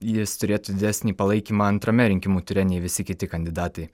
jis turėtų didesnį palaikymą antrame rinkimų ture nei visi kiti kandidatai